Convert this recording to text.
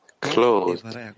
clothed